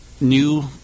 new